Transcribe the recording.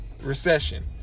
recession